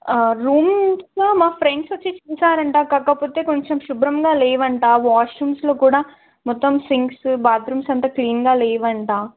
rooms మా friends వచ్చి చూశారంట కాకపోతే కొంచెం శుభ్రంగా లేవంట వాష్ రూమ్స్లో కూడా మొత్తం సింక్స్ బాత్ రూమ్స్ అంతా క్లీన్గా లేవంట